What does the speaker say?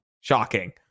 Shocking